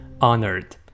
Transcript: honored